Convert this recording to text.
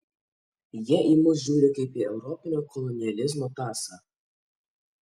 jie į mus žiūri kaip į europinio kolonializmo tąsą